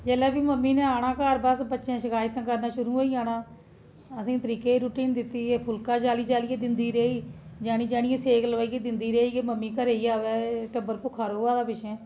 जैल्ले बी मम्मी ने औना घर ते बच्चें शिकायतां करना शुरु होई जाना असें गी तरिके दी रुट्टी नेईं दिंदी फुलका जाल्ली जाल्ली दिंदी रेही जानियै सेक लुआई लुआई दिंदी रेही के ममी घरै गी आवै टब्बर भुक्खा र'वै दा पिच्छै